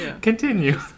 Continue